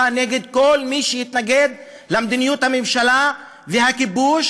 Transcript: נגד כל מי שיתנגד למדיניות הממשלה והכיבוש,